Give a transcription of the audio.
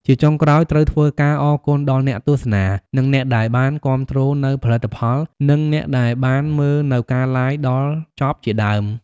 ជាចុងក្រោយត្រូវធ្វើការអរគុណដល់អ្នកទស្សនា និងអ្នកដែលបានគាំទ្រនូវផលិតផល និងអ្នកដែលបានមើលនូវការ Live ដល់ចប់ជាដើម។